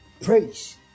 praise